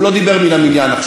הוא לא דיבר מן המניין עכשיו.